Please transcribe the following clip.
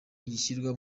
gishyirwa